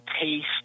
taste